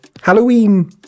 Halloween